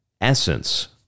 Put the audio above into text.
essence